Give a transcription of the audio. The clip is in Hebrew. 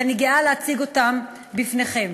ואני גאה להציג אותם בפניכם.